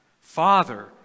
Father